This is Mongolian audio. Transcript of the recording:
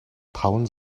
таван